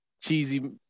Cheesy